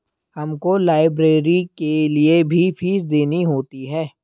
हमको लाइब्रेरी के लिए भी फीस देनी होती है